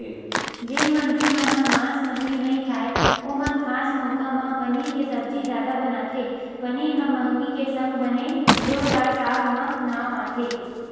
जेन मनखे मन ह मांस मछरी नइ खाय ओमन खास मउका म पनीर के सब्जी जादा बनाथे पनीर ह मंहगी के संग बने जोरदार साग म नांव आथे